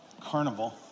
carnival